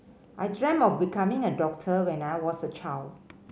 I dreamt of becoming a doctor when I was a child